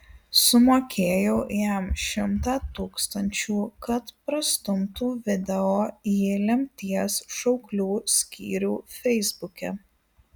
sumokėjau jam šimtą tūkstančių kad prastumtų video į lemties šauklių skyrių feisbuke